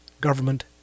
government